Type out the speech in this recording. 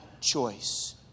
choice